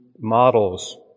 models